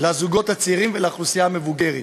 לזוגות צעירים ולאוכלוסייה המבוגרת.